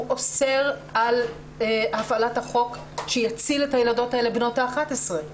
אוסר על הפעלת החוק שיציל את הילדות האלה בנות ה-11?